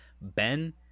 Ben